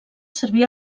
servir